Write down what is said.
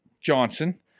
Johnson